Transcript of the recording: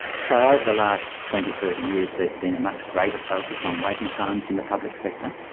so over the last twenty, thirty years there has been a much greater focus on waiting times in the public sector,